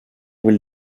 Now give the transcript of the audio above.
will